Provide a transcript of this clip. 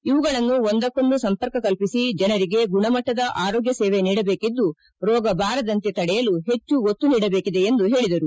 ಇವುಗಳನ್ನು ಒಂದಕ್ಕೊಂದು ಸಂಪರ್ಕ ಕಲ್ಪಿಸಿ ಜನರಿಗೆ ಗುಣಮಟ್ಟದ ಆರೋಗ್ಯ ಸೇವೆ ನೀಡಬೇಕಿದ್ದು ರೋಗಬಾರದಂತೆ ತಡೆಯಲು ಹೆಚ್ಚು ಒತ್ತು ನೀಡಬೇಕಿದೆ ಎಂದು ಹೇಳಿದರು